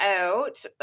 out